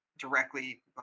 directly